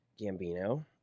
Gambino